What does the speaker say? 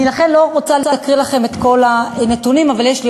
אני לא רוצה להקריא לכם את כל הנתונים, אבל יש לי